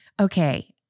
Okay